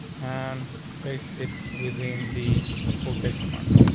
and based it within the quotation marks.